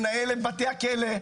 לנהל את בתי הכלא.